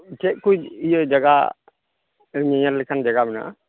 ᱪᱮᱫ ᱠᱚ ᱤᱭᱟᱹ ᱡᱟᱭᱜᱟ ᱧᱮᱧᱮᱞ ᱞᱮᱠᱟᱱ ᱡᱟᱭᱜᱟ ᱢᱮᱱᱟᱜᱼᱟ